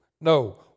No